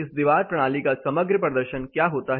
इस दीवार प्रणाली का समग्र प्रदर्शन का क्या होता है